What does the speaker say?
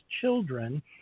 children